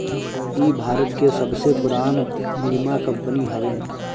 इ भारत के सबसे पुरान बीमा कंपनी हवे